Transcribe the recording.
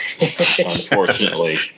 Unfortunately